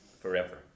forever